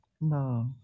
No